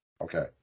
Okay